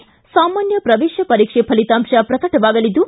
ಸಾಮಾನ್ಯ ಪ್ರವೇಶ ಪರೀಕ್ಷೆ ಫಲಿತಾಂಶ ಪ್ರಕಟವಾಗಲಿದ್ದು